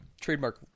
Trademark